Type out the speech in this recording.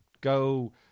go